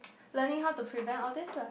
learning how to prevent all this la